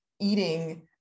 eating